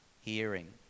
hearing